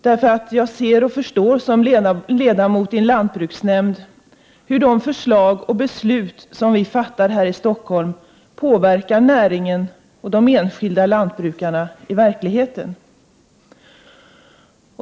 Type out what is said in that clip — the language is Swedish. Som ledamot i en lantbruksnämnd kan jag se och förstå hur de förslag och beslut som vi fattar här i Stockholm påverkar näringen och de enskilda lantbrukarna i verkligheten.